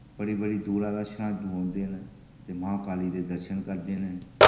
बड़ी बड़ी दूरा दा श्रादु आंदे न ते मां काली दे दर्शन करदे न